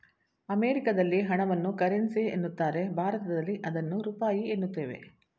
ಅಮೆರಿಕದಲ್ಲಿ ಹಣವನ್ನು ಕರೆನ್ಸಿ ಎನ್ನುತ್ತಾರೆ ಭಾರತದಲ್ಲಿ ಅದನ್ನು ರೂಪಾಯಿ ಎನ್ನುತ್ತೇವೆ